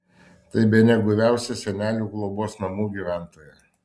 tai bene guviausia senelių globos namų gyventoja